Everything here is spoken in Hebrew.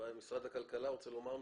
משרד הכלכלה, רוצה לומר משהו?